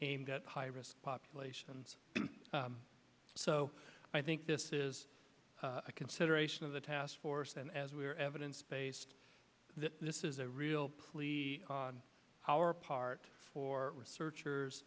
aimed at high risk populations so i think this is a consideration of the task force and as we are evidence based this is a real plea on our part for research